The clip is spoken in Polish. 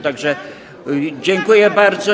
Tak że dziękuję bardzo.